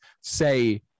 say